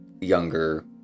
younger